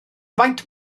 faint